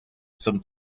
some